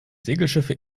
segelschiffe